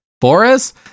Boris